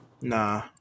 Nah